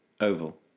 Oval